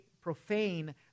profane